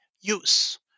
use